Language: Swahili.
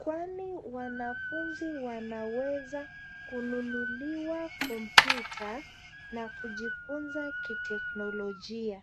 kwani wanfunzi wanaweza kununuliwa kompyuta na kujifunza kiteknolojia.